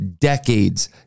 decades